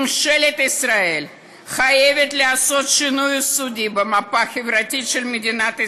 ממשלת ישראל חייבת לעשות שינוי יסודי במפה החברתית של מדינת ישראל.